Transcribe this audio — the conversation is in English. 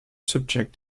subject